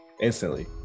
instantly